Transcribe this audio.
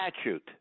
statute